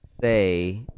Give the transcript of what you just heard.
say